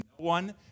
one